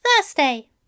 Thursday